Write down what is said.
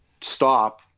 stop